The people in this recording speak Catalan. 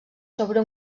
sobre